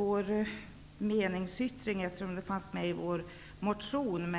Trots att yrkandet fanns med i vår motion